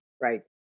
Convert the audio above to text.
Right